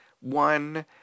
one